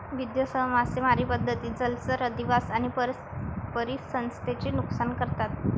विध्वंसक मासेमारी पद्धती जलचर अधिवास आणि परिसंस्थेचे नुकसान करतात